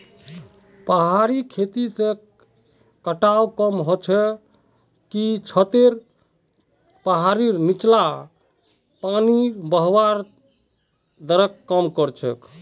पहाड़ी खेती से कटाव कम ह छ किसेकी छतें पहाड़ीर नीचला पानीर बहवार दरक कम कर छे